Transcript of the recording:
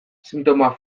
sintoma